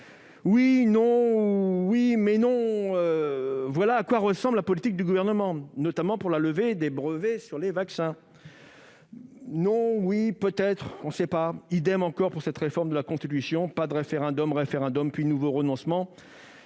Oui ! Non ! Oui, mais non ! Voilà à quoi ressemble la politique du Gouvernement, notamment pour la levée des brevets sur les vaccins. Non ! Oui ! Peut-être ! On ne sait pas ! C'est la même chose pour cette réforme de la Constitution. Pas de référendum, référendum, puis nouveau renoncement